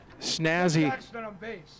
snazzy